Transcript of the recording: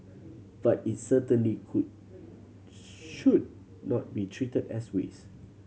but it certainly could should not be treated as waste